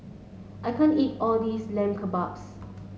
I can't eat all this Lamb Kebabs